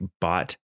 bought